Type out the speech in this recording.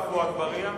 עפו אגבאריה?